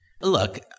Look